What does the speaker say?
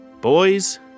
Boys